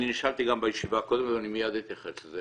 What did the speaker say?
אני נשאלתי גם בישיבה קודם ואני מיד אתייחס לזה.